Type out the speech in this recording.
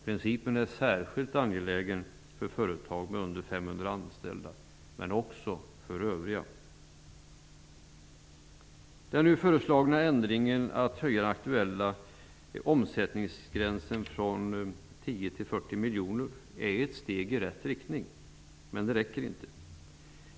Principen är särskilt angelägen för företag med mindre än 500 anställda men också för övriga. Den nu föreslagna ändringen, att höja den aktuella omsättningsgränsen från 10 till 40 miljoner, är ett steg i rätt riktning, men det räcker inte.